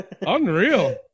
Unreal